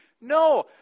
No